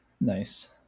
Nice